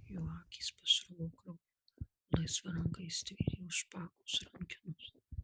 jo akys pasruvo krauju o laisva ranka jis stvėrė už špagos rankenos